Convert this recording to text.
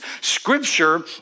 scripture